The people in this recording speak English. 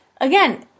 Again